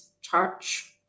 church